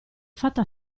fatta